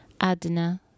Adna